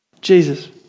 Jesus